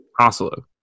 Oslo